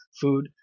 food